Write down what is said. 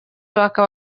bakaba